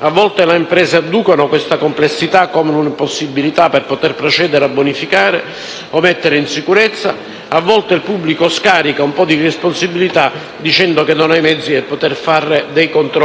A volte le imprese adducono questa complessità come una impossibilità per poter procedere a bonificare o mettere in sicurezza; a volte il pubblico scarica le responsabilità dicendo che non ha i mezzi per poter fare controlli